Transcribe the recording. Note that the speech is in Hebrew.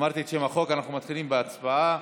אנחנו מתחילים בהצבעה